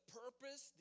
purpose